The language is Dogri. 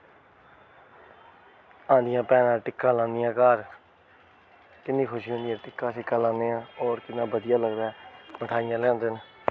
आनियै भैनां टिक्का लांदियां घर किन्नी खुशी होंदी ऐ टिक्का शिक्का लान्ने आं होर किन्ना बधिया लगदा ऐ मठाइयां लेआंदे न